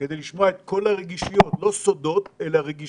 כדי לשמוע את כל הרגישויות לא סודות אלא רגישויות